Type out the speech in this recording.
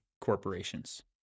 corporations